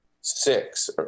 six